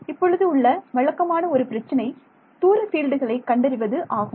இப்பொழுது உள்ள வழக்கமான ஒரு பிரச்சினை தூர பீல்டுகளை கண்டறிவது ஆகும்